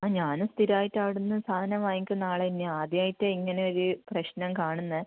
ആ ഞാനും സ്ഥിരമായിട്ട് അവിടെ നിന്ന് സാധനം വാങ്ങിക്കുന്ന ആൾ തന്നെയാണ് ആദ്യമായിട്ടാണ് ഇങ്ങനെ ഒരു പ്രശ്നം കാണുന്നത്